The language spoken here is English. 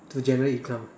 to generate income